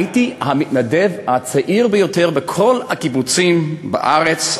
הייתי המתנדב הצעיר ביותר בכל הקיבוצים בארץ.